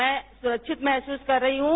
मैं सुरक्षित महसूस कर रही हूं